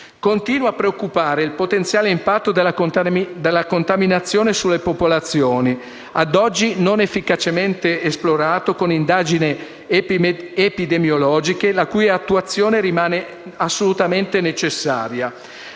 Continua a preoccupare il potenziale impatto della contaminazione sulle popolazioni, ad oggi non efficacemente esplorato con indagini epidemiologiche la cui attuazione rimane assolutamente necessaria.